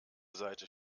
seite